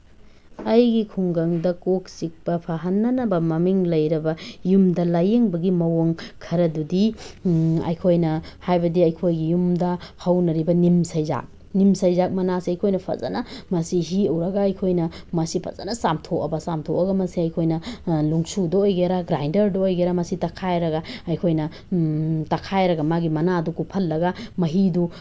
ꯑꯩꯒꯤ ꯈꯨꯡꯒꯪꯗ ꯀꯣꯛ ꯆꯤꯛꯄ ꯐꯍꯟꯅꯅꯕ ꯃꯃꯤꯡ ꯂꯩꯔꯕ ꯌꯨꯝꯗ ꯂꯥꯏꯌꯦꯡꯕꯒꯤ ꯃꯑꯣꯡ ꯈꯔꯗꯨꯗꯤ ꯑꯩꯈꯣꯏꯅ ꯍꯥꯏꯕꯗꯤ ꯑꯩꯈꯣꯏꯒꯤ ꯌꯨꯝꯗ ꯍꯧꯅꯔꯤꯕ ꯅꯤꯝꯁꯩꯖꯥꯛ ꯅꯤꯝꯁꯩꯖꯥꯛ ꯃꯅꯥꯁꯦ ꯑꯩꯈꯣꯏꯅ ꯐꯖꯅ ꯃꯁꯤ ꯍꯦꯛꯎꯔꯒ ꯑꯩꯈꯣꯏꯅ ꯃꯁꯤ ꯐꯖꯅ ꯆꯥꯝꯊꯣꯛꯕ ꯆꯥꯝꯊꯣꯛꯑꯒ ꯃꯁꯦ ꯑꯩꯈꯣꯏꯅ ꯅꯨꯡꯁꯨꯗ ꯑꯣꯏꯒꯦꯔꯥ ꯒ꯭ꯔꯥꯟꯗꯔꯗ ꯑꯣꯏꯒꯦꯔꯥ ꯃꯁꯤ ꯇꯛꯈꯥꯏꯔꯒ ꯑꯩꯈꯣꯏꯅ ꯇꯛꯈꯥꯏꯔꯒ ꯃꯥꯒꯤ ꯃꯅꯥꯗꯨ ꯀꯨꯞꯍꯜꯂꯒ ꯃꯍꯤꯗꯨ